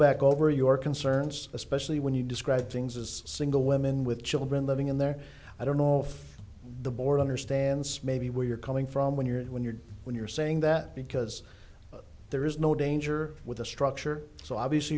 back over your concerns especially when you describe things as single women with children living in their i don't know the board understands maybe where you're coming from when you're when you're when you're saying that because there is no danger with the structure so obviously